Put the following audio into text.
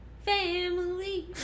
family